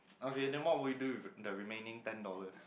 okay never mind would you do the remaining ten dollars